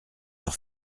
leur